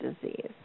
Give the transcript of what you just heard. disease